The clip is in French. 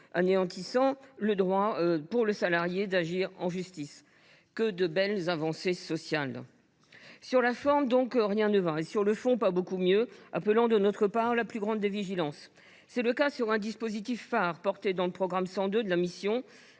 anéantirait le droit pour le salarié d’agir en justice. Que de belles avancées sociales ! Sur la forme, donc, rien ne va. Et sur le fond, ce n’est pas beaucoup mieux ! Cela appelle de notre part la plus grande vigilance. C’est le cas sur un dispositif phare, porté par le programme 102 de la mission